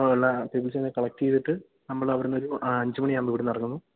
ഉള്ള കളക്റ്റ് ചെയ്തിട്ട് നമ്മൾ അവിടെന്ന് ഒരു അഞ്ച് മണിയാകുമ്പോൾ ഇവിടെന്ന് ഇറങ്ങുന്നു